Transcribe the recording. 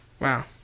Wow